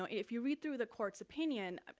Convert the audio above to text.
if you read through the court's opinion,